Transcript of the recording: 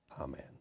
Amen